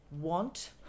want